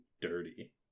dirty